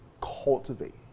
cultivate